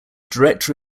director